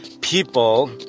people